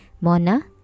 Mona